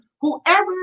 whoever